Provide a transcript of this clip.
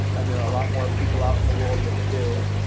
and there are a lot more people out in the world that do.